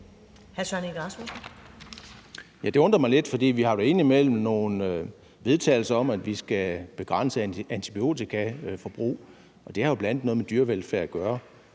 det undrer mig lidt, for vi har jo indimellem nogle vedtagelser om, at vi skal begrænse antibiotikaforbruget, og det har jo bl.a. noget med dyrevelfærd at gøre.